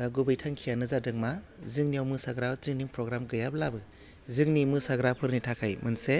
ओह गुबै थांखियानो जादों मा जोंनियाव मोसाग्रा ट्रेइनिं फ्रग्राम गैयाब्लाबो जोंनि मोसाग्राफोरनि थाखाय मोनसे